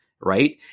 Right